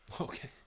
Okay